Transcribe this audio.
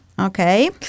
okay